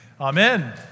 Amen